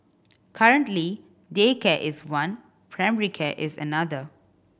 currently daycare is one primary care is another